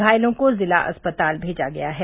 घायलों को जिला अस्पताल मेजा गया है